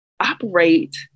operate